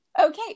Okay